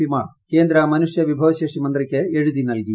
P മാർ കേന്ദ്ര മനുഷ്യ വിഭവ ശേഷി മന്ത്രിക്ക് എഴുതി നൽകി